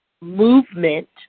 movement